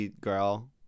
girl